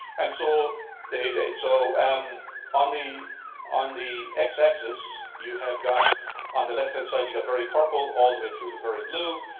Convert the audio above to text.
and so so and on the on the x-axis, you have got on the left hand side you got very purple all the way through the very blue.